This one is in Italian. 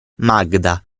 magda